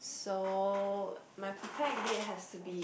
so my perfect date has to be